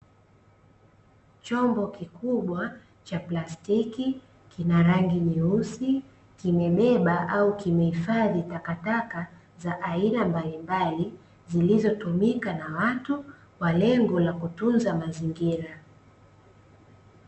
Chombo kikubwa cha plastiki kinarangi nyeusi, kimebeba au kimehifadhi takataka za aina mbalimbali, zilizotumika na watu kwa lengo la kutunza mazingira.